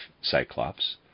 Cyclops